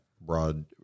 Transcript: broad